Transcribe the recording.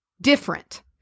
different